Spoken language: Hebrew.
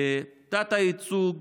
תת-הייצוג